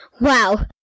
Wow